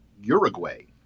Uruguay